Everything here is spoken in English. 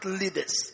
leaders